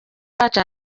bacu